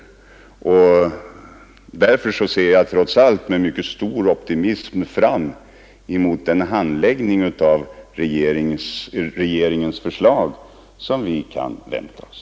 Därför ser jag trots allt med mycket stor optimism fram emot den handläggning av regeringens förslag som vi kan vänta oss.